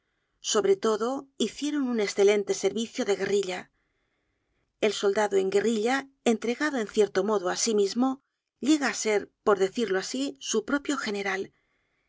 sobre todo hicieron un escelente servicio de guerrilla el soldado en guerrilla entregado en cierto modo á sí mismo llega á ser por decirlo asi su propio general